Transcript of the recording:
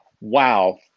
Wow